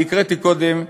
אני הקראתי קודם,